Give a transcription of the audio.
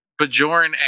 Bajoran